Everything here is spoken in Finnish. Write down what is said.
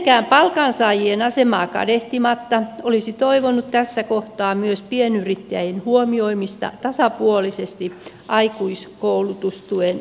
mitenkään palkansaajien asemaa kadehtimatta olisi toivonut tässä kohtaa myös pienyrittäjien huomioimista tasapuolisesti aikuiskoulutustuen osalta